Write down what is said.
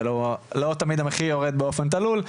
זה לא תמיד שהמחיר יורד באופן תלול.